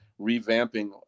revamping